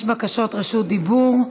יש בקשות רשות דיבור.